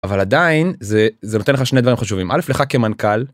אבל עדיין זה זה נותן לך שני דברים חשובים אלף לך כמנכל.